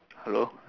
hello